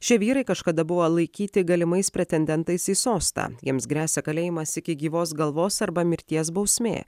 šie vyrai kažkada buvo laikyti galimais pretendentais į sostą jiems gresia kalėjimas iki gyvos galvos arba mirties bausmė